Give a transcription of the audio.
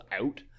out